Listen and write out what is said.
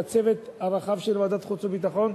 והצוות הרחב של ועדת החוץ והביטחון,